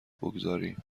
بگذاریم